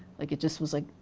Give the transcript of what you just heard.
like it just was like,